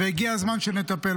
והגיע הזמן שנטפל.